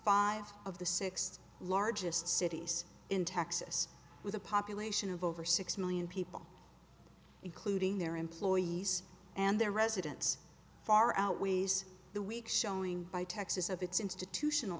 five of the sixth largest cities in texas with a population of over six million people including their employees and their residents far outweighs the weak showing by texas of its institutional